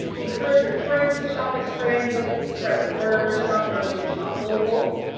encourage your friends to shop at strand books, spread the word, shop early and shop local.